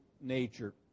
nature